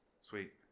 Sweet